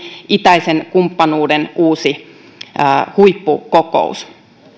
itäisen kumppanuuden uusi huippukokous